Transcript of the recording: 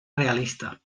realista